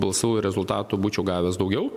balsų ir rezultatų būčiau gavęs daugiau